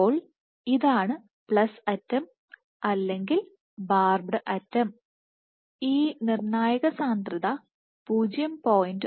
അപ്പോൾ ഇതാണ് പ്ലസ് അറ്റം അല്ലെങ്കിൽ ബാർബെഡ് അറ്റം ആണ് ഈ നിർണ്ണായക സാന്ദ്രത 0